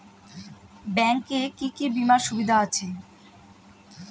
Bank এ কি কী বীমার সুবিধা আছে?